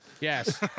Yes